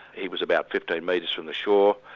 he was about fifteen metres from the shore,